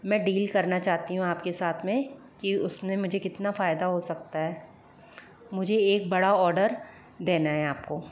मैं डील करना चाहती हूँ आपके साथ में की उसमें मुझे कितना फ़ायदा हो सकता है मुझे एक बड़ा ऑर्डर देना है आपको